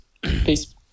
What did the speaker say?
Peace